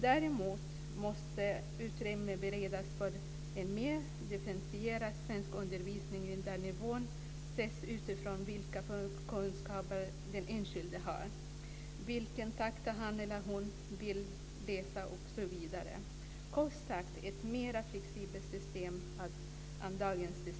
Utrymme måste beredas för en mer differentierad svenskundervisning där nivån sätts utifrån vilka förkunskaper den enskilde har, vilken takt han eller hon vill läsa i osv. - kort sagt ett mer flexibelt system än dagens.